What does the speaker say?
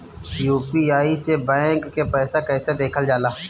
UPI से bank के पैसा कैसे देखल जाला?